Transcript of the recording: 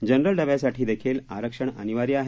general डब्यासाठीदेखील आरक्षण अनिवार्य आहे